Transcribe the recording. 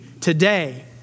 today